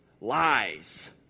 Lies